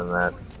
that